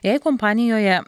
jei kompanijoje